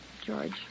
George